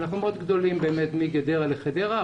אנחנו מאוד גדולים מגדרה לחדרה,